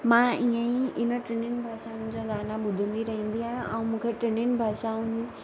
मां इअं ई हिन टिन्ही भाषाउनि जा गाना ॿुधंदी रहंदी आहियां ऐं मूंखे टिन्ही भाषाउनि